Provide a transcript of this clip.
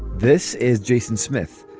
this is jason smith.